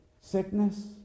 sickness